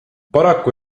paraku